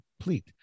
complete